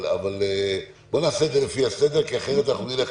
אבל בוא נעשה את זה לפי הסדר, כי אחרת אנחנו נלך